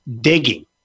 digging